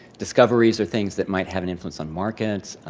discoveries, or things that might have an influence on markets,